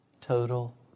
total